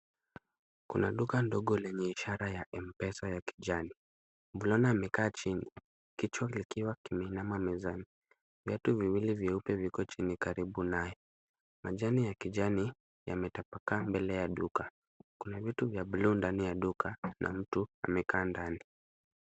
Kuna duka ndogo lenye ishara ya M-Pesa ya kijani. Mvulana amekaa chini kichwa kikiwa kimeinama mezani. Vitau viwili vyeupe viko chini karibu naye. Majani ya kijani yametapakaa mbele ya duka. Kuna vitu vya buluu ndani ya duka na mtu amekaa ndani.